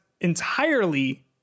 entirely